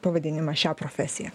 pavadinimą šią profesiją